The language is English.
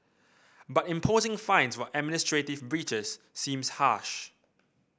but imposing fines for administrative breaches seems harsh